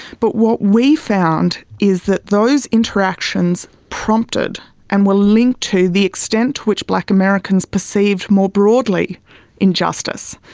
but what we found is that those interactions prompted and were linked to the extent to which black americans perceived more broadly injustice.